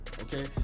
okay